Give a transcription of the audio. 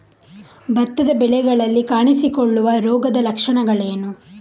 ಭತ್ತದ ಬೆಳೆಗಳಲ್ಲಿ ಕಾಣಿಸಿಕೊಳ್ಳುವ ರೋಗದ ಲಕ್ಷಣಗಳೇನು?